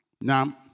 Now